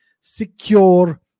secure